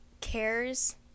cares